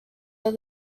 were